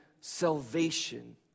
salvation